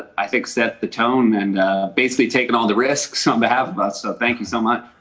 i think set the tone and basically taken all the risks on behalf of us, so thank you so much.